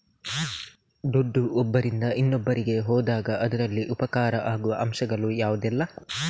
ದುಡ್ಡು ಒಬ್ಬರಿಂದ ಇನ್ನೊಬ್ಬರಿಗೆ ಹೋದಾಗ ಅದರಲ್ಲಿ ಉಪಕಾರ ಆಗುವ ಅಂಶಗಳು ಯಾವುದೆಲ್ಲ?